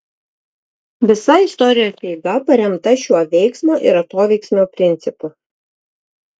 visa istorijos eiga paremta šiuo veiksmo ir atoveiksmio principu